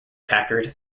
packard